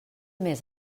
més